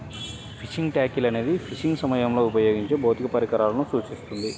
fishing tackle అనేది fishing సమయంలో ఉపయోగించే భౌతిక పరికరాలను సూచిస్తుంది